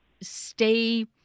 stay